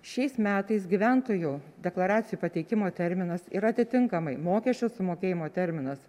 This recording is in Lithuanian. šiais metais gyventojų deklaracijų pateikimo terminas yra atitinkamai mokesčių sumokėjimo terminas